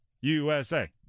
USA